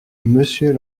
monsieur